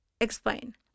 explain